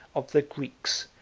of the greeks,